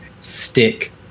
stick